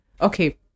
Okay